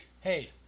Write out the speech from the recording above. Hey